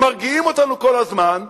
ומרגיעים אותנו כל הזמן,